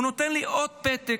הוא נותן לי עוד פתק,